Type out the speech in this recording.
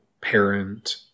parent